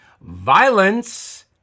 Violence